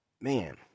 man